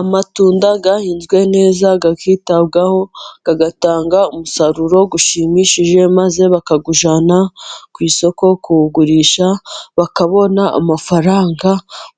Amatunda ahinzwe neza akitabwaho atanga umusaruro ushimishije, maze bakayajyana ku isoko kuyagurisha bakabona amafaranga,